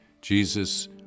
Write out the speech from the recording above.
Jesus